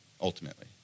ultimately